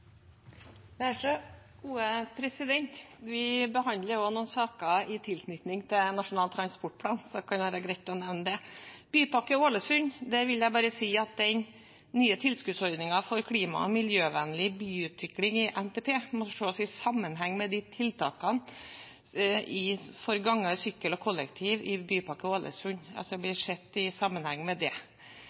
Vi behandler også noen saker i tilknytning til Nasjonal transportplan. Det kan være greit å nevne det. Når det gjelder Bypakke Ålesund, vil jeg bare si at den nye tilskuddsordningen for klima- og miljøvennlig byutvikling i NTP må ses i sammenheng med tiltakene for gange, sykkel og kollektivtransport i Bypakke Ålesund. Arbeiderpartiet har tvilt seg til å være med på – det